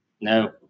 No